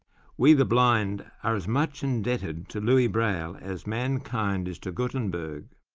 we the blind are as much indebted to louis braille, as mankind is to gutenberg.